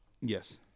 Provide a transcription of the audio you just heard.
Yes